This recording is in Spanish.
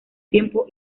tiempo